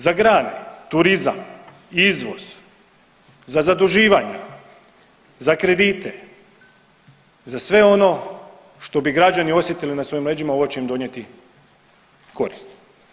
Za grane turizam, izvoz, za zaduživanja, za kredite, za sve ono što bi građani osjetili na svojim leđima ovo će im donijeti korist.